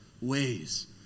ways